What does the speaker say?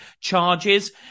charges